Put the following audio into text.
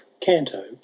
Canto